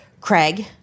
Craig